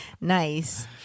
Nice